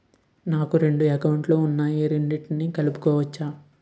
నాకు రెండు అకౌంట్ లు ఉన్నాయి రెండిటినీ కలుపుకోవచ్చా?